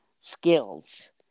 skills